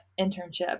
internship